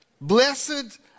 Blessed